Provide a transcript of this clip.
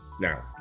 Now